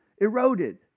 eroded